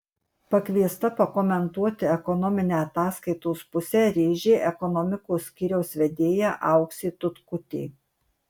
pakviesta pakomentuoti ekonominę ataskaitos pusę rėžė ekonomikos skyriaus vedėja auksė tutkutė